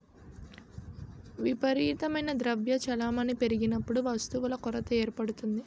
విపరీతమైన ద్రవ్య చలామణి పెరిగినప్పుడు వస్తువుల కొరత ఏర్పడుతుంది